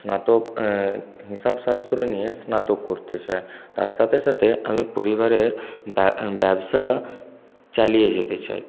স্নাতক হিসাবশাস্ত্র নিয়ে স্নাতক করতে চাই তার সাথে সাথে আমি পরিবারের ব্য ব্যবসা চালিয়ে যেতে চাই